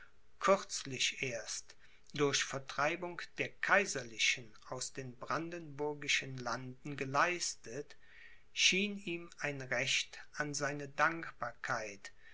kürzlich erst durch vertreibung der kaiserlichen aus den brandenburgischen landen geleistet schien ihm ein recht an seine dankbarkeit